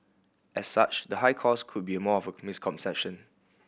as such the high cost could be more of a misconception